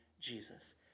Jesus